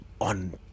on